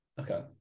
okay